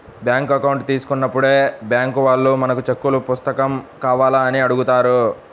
bank account తీసుకున్నప్పుడే bank వాళ్ళు మనకు చెక్కుల పుస్తకం కావాలా అని అడుగుతారు